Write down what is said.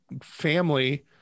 family